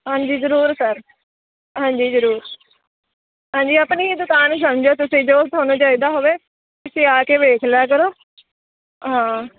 ਹਾਂਜੀ ਜ਼ਰੂਰ ਸਰ ਹਾਂਜੀ ਜ਼ਰੂਰ ਹਾਂਜੀ ਆਪਣੀ ਹੀ ਦੁਕਾਨ ਸਮਝੋ ਤੁਸੀਂ ਜੋ ਤੁਹਾਨੂੰ ਚਾਹੀਦਾ ਹੋਵੇ ਤੁਸੀਂ ਆ ਕੇ ਵੇਖ ਲਿਆ ਕਰੋ ਹਾਂ